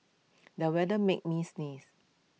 the weather made me sneeze